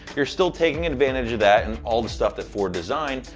you're still taking advantage of that and all the stuff that ford designed.